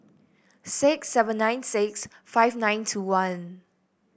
six seven nine six five nine two one